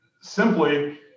simply